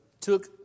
took